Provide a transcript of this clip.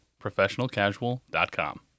ProfessionalCasual.com